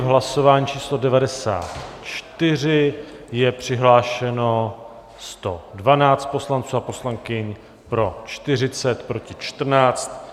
Hlasování číslo 94, je přihlášeno 112 poslanců a poslankyň, pro 40, proti 14.